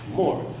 more